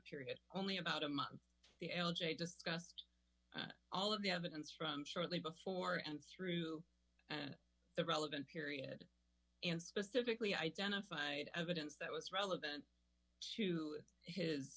period only about a month the l j just passed all of the evidence from shortly before and through the relevant period and specifically identified evidence that was relevant to his